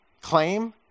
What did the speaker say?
Claim